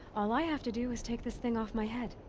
all i have to do is take this thing off my head.